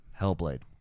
Hellblade